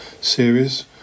series